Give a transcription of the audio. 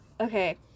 okay